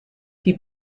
die